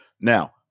Now